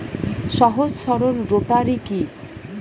সহজ সরল রোটারি কি?